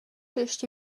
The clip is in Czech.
ještě